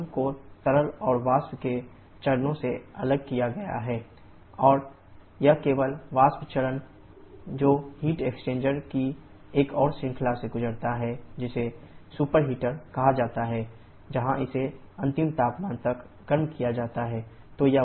drum को तरल और वाष्प के चरणों से अलग किया जाता है और यह केवल वाष्प चरण है जो हीट एक्सचेंजर की एक और श्रृंखला से गुजरता है जिसे सुपरहीटर कहा जाता है जहां इसे अंतिम तापमान तक गर्म किया जाता है